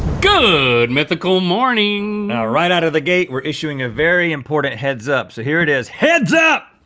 good mythical morning! now right out of the gate, we're issuing a very important heads up, so here it is, heads up!